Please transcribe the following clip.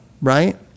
right